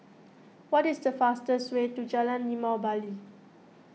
what is the fastest way to Jalan Limau Bali